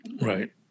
Right